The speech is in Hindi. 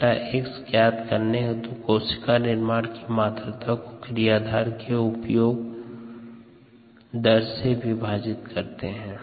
Y xs ज्ञात करने हेतु कोशिका निर्माण की मात्रा को क्रियाधार के उपयोग दर से विभाजित करते है